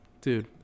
dude